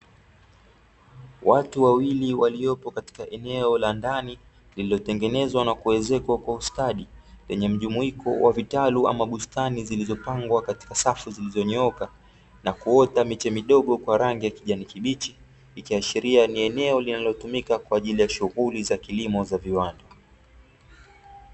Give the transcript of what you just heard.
Watu wawili waliopo katika eneo la ndani lililotengenezwa na kuezekwa kwa ustadi lenye mjumuiko wa vitalu ama bustani zilizopangwa katika safu zilizoonyooka na kuota miche midogo kwa rangi ya kijani kibichi ikiashiria ni enelo linalotumika kwaajili ya shughuli za kilimo za viwanda.